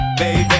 baby